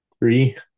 Three